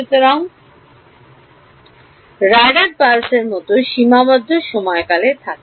সুতরাং radar Pulse র মতো সীমাবদ্ধ সময়কাল থাকে